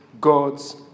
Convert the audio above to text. God's